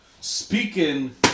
Speaking